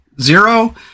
zero